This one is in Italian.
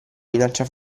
minaccia